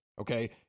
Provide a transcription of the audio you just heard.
Okay